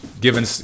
given